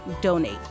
donate